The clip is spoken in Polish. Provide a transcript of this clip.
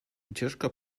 ucieczka